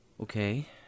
Okay